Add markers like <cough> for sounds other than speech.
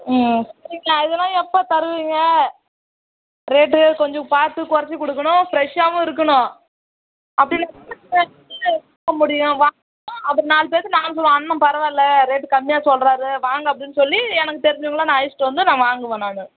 ம் நீங்கள் அதெல்லாம் எப்போ தருவீங்க ரேட்டு கொஞ்சம் பார்த்து குறச்சி கொடுக்கணும் ஃப்ரெஷ்ஷாகவும் இருக்கணும் அப்படி இல்லாட்டின்னா <unintelligible> முடியும் வா <unintelligible> அது நால் பேர்த்துக்கு நால்ரூவா அண்ணன் பரவாயில்ல ரேட்டு கம்மியாக சொல்லுறாரு வாங்க அப்படின் சொல்லி எனக்கு தெரிஞ்சவங்களை நான் அழைச்சிட்டு வந்து நான் வாங்குவேன் நான்